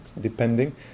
depending